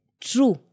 True